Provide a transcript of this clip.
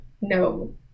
No